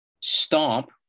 stomp